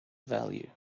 value